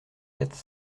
quatre